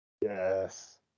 Yes